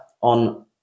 on